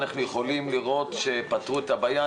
אנחנו יכולים לראות שפתרו את הבעיה,